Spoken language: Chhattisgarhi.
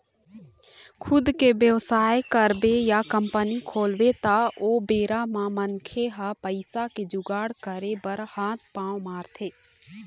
खुद के बेवसाय करबे या कंपनी खोलबे त ओ बेरा म मनखे ह पइसा के जुगाड़ करे बर हात पांव मारथे